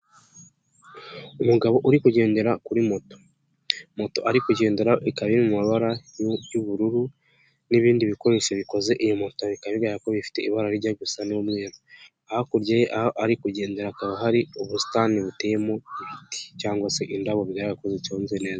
Umugabo uri kugendera kuri moto, moto ari kugendera ikaba iri mu mabara y'ubururu n'ibindi bikoresho bikoze iyi moto bikagaragara ko bifite ibara ryenda gusa n'umweru hakurya yaho ari kugendera hakaba hari ubusitani buteyemo ibiti cyangwa se indabo zigaragara ko ziconze neza.